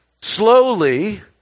Slowly